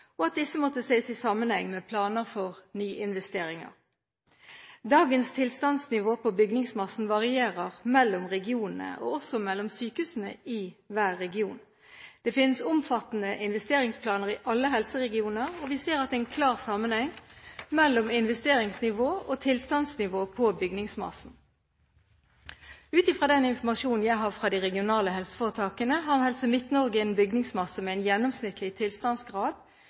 og at disse måtte ses i sammenheng med planer for nyinvesteringer. Dagens tilstandsnivå på bygningsmassen varierer mellom regionene, og også mellom sykehusene i hver region. Det finnes omfattende investeringsplaner i alle helseregioner, og vi ser en klar sammenheng mellom investeringsnivå og tilstandsnivå på bygningsmassen. Ut fra den informasjonen jeg har fra de regionale helseforetakene, har Helse Midt-Norge en bygningsmasse med en gjennomsnittlig tilstandsgrad